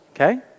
okay